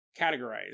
categorize